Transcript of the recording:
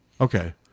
Okay